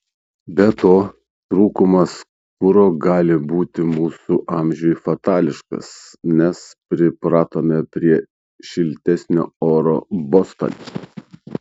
be to trūkumas kuro gali būti mūsų amžiui fatališkas nes pripratome prie šiltesnio oro bostone